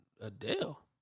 adele